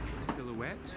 Silhouette